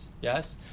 yes